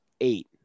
eight